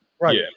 Right